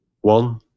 one